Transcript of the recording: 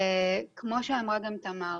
כמו שאמרה גם תמר,